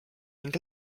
ning